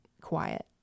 quiet